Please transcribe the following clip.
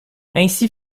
ainsi